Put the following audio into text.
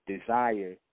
desire